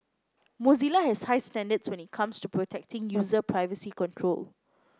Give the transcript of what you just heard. Mozilla has high standards when it comes to protecting user privacy control